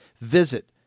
Visit